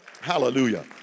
Hallelujah